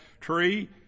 tree